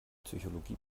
psychologie